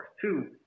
Two